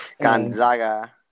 Gonzaga